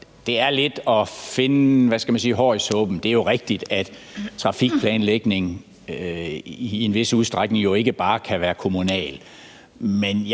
at det lidt er at finde et hår i suppen. Det er rigtigt, at trafikplanlægning i en vis udstrækning jo ikke bare kan være kommunal. Men